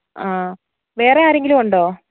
ആ വേറെ ആരെങ്കിലും ഉണ്ടോ